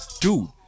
Dude